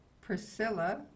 Priscilla